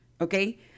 okay